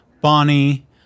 Bonnie